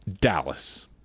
Dallas